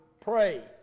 pray